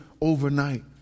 overnight